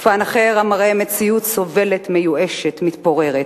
ופן אחר, המראה מציאות סובלת, מיואשת, מתפוררת.